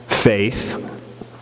faith